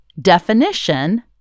definition